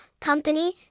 company